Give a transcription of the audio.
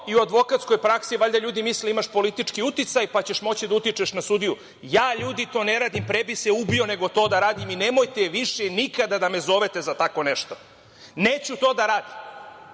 i u advokatskoj praksi. Valjda ljudi misle da imaš politički uticaj, pa ćeš moći da utičeš na sudiju. Ljudi, ja to ne radim, pre bi se ubio nego to da radim i nemojte više nikada da me zovete za tako nešto. Neću to da radim.